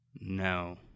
No